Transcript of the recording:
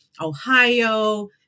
Ohio